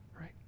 right